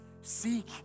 seek